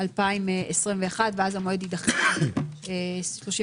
2021",ואז המועד יידחה ל-31